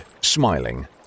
smiling